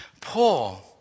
Paul